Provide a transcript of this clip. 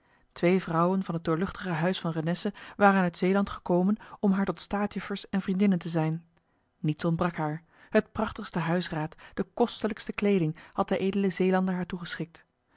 twee vrouwen van het doorluchtige huis van renesse waren uit zeeland gekomen om haar tot staatjuffers en vriendinnen te zijn niets ontbrak haar het prachtigste huisraad de kostelijkste kleding had de edele zeelander haar toegeschikt